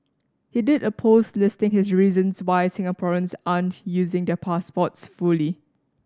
he did a post listing his reasons why Singaporeans aren't using their passports fully